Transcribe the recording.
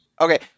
Okay